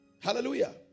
Hallelujah